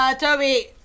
Toby